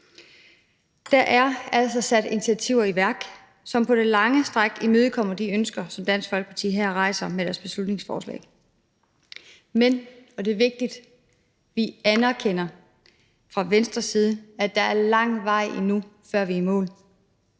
Der er altså sat initiativer i værk, som på det lange stræk imødekommer de ønsker, som Dansk Folkeparti her udtrykker i deres beslutningsforslag. Men, og det er vigtigt, vi anerkender fra Venstres side, at der er lang vej endnu, før vi er i mål,